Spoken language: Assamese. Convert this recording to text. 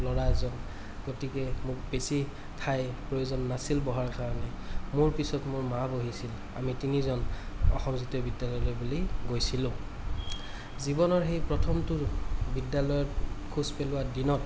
ল'ৰা এজন গতিকে মোক বেছি ঠাইৰ প্ৰয়োজন নাছিল বহাৰ কাৰণে মোৰ পিছত মোৰ মা বহিছিল আমি তিনিজন অসম জাতীয় বিদ্য়ালয়লৈ বুলি গৈছিলোঁ জীৱনৰ সেই প্ৰথমতো বিদ্য়ালয়ত খোজ পেলোৱা দিনত